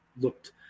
looked